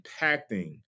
impacting